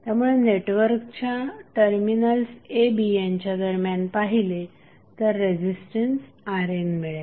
त्यामुळे नेटवर्कच्या terminals a b यांच्या दरम्यान पाहिले तर रेझिस्टन्स RN मिळेल